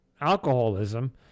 alcoholism